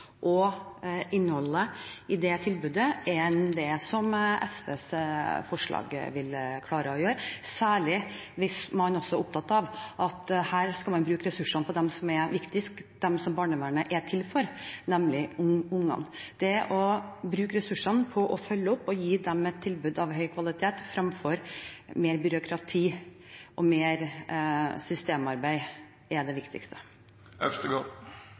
og innholdet i det tilbudet, enn det som SVs forslag vil klare å gjøre, særlig hvis man også er opptatt av å bruke ressursene på dem som er viktigst, dem barnevernet er til for, nemlig barna. Det å bruke ressursene på å følge opp og gi dem et tilbud av høy kvalitet, fremfor mer byråkrati og mer systemarbeid, er det